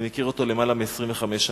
אני מכיר אותו למעלה מ-25 שנה.